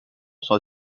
sont